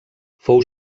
fou